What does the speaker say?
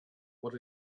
what